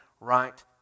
right